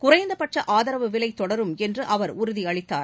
குறைந்தபட்ச ஆதரவு விலை தொடரும் என்றும் அவர் உறுதி அளித்தார்